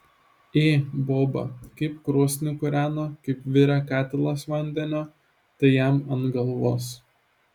ė boba kaip krosnį kūreno kaip virė katilas vandenio tai jam ant galvos